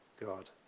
God